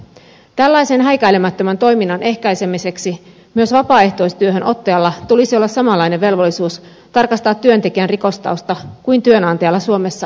tällaisen häikäilemättömän toiminnan ehkäisemiseksi myös vapaaehtoistyöhön ottajalla tulisi olla samanlainen velvollisuus tarkastaa työntekijän rikostausta kuin työnantajalla suomessa yleensäkin on